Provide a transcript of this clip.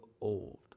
old